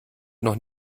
noch